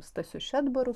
stasiu šedbaru